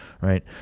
Right